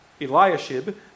Eliashib